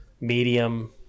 Medium